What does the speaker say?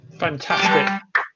Fantastic